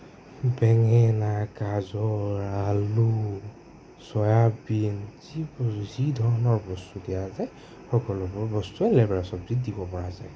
বেঙেনা গাজৰ আলু চয়াবিন যি যি ধৰণৰ বস্তু দিয়া যায় সকলোবোৰ বস্তুৱে লেবেৰা চব্জিত দিব পৰা যায়